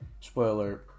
spoiler